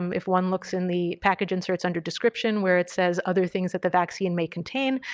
um if one looks in the package inserts under description where it says other things that the vaccine may contain,